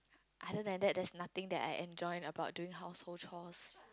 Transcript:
other than that there is nothing that I enjoy about during household chores